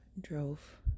drove